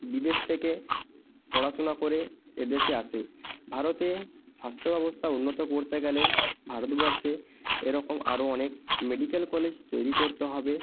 বিদেশ থেকে পড়াশোনা করে এদেশে আসে ভারতে স্বাস্থ্য ব্যবস্থা উন্নত করতে গেলে ভারতবর্ষে এরকম আরও অনেক মেডিকেল কলেজ তৈরি করতে হবে